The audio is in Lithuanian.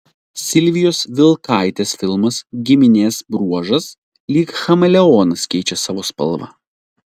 silvijos vilkaitės filmas giminės bruožas lyg chameleonas keičia savo spalvą